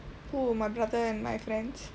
who my brother and my friends